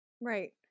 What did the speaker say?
Right